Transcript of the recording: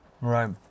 Right